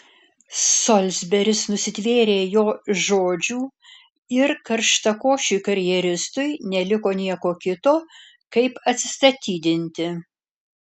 solsberis nusitvėrė jo žodžių ir karštakošiui karjeristui neliko nieko kito kaip atsistatydinti